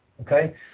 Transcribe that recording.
okay